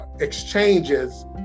exchanges